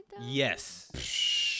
Yes